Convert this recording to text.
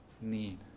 need